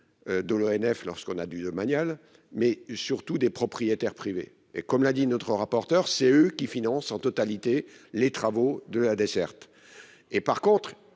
De l'ONF lorsqu'on a dû domaniale mais surtout des propriétaires privés et comme l'a dit notre rapporteur c'est eux qui financent en totalité les travaux de la desserte. Et par contre